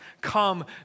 Come